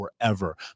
forever